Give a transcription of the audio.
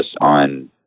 on